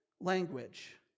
language